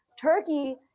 Turkey